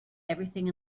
everything